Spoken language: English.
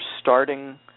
starting